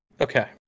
Okay